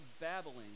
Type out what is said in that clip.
babbling